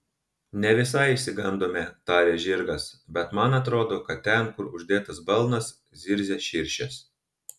ne visai išsigandome tarė žirgas bet man atrodo kad ten kur uždėtas balnas zirzia širšės